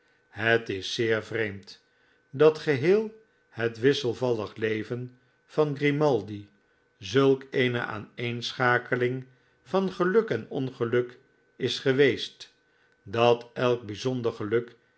het is zeer vreemd dat geheel het wisselvallig leven van grimaldi zulk eene aaneenschakeling van geluk en ongeluk is geweest dat elk bijzonder geluk